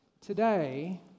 Today